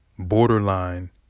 Borderline